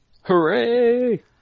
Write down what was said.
Hooray